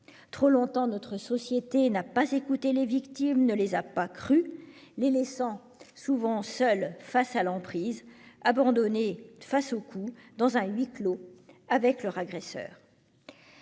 Trop longtemps, notre société n'a pas écouté les victimes, ne les a pas crues, les laissant souvent seules face à l'emprise, abandonnées face aux coups, dans un huis clos avec leur agresseur.